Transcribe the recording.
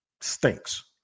stinks